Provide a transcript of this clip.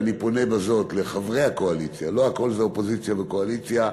ואני פונה בזאת לחברי הקואליציה: לא הכול זה אופוזיציה וקואליציה,